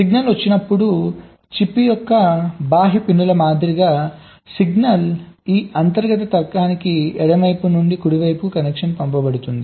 signal వచ్చినప్పుడు chip యొక్క బాహ్య పిన్ల మాదిరిగా సిగ్నల్ ఈ అంతర్గత తర్కానికి ఎడమ నుండి కుడికి కనెక్షన్కు పంపబడుతుంది